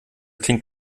klingt